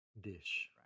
dish